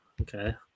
okay